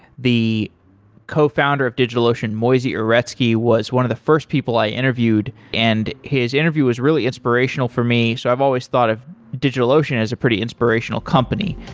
the cofounder of digitalocean, moisey uretsky, was one of the first people i interviewed, and his interview was really inspirational for me. so i've always thought of digitalocean as a pretty inspirational company.